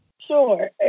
Sure